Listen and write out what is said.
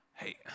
Hey